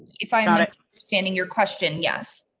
if i'm not standing your question. yes.